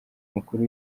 mikuru